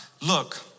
look